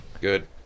Good